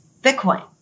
Bitcoin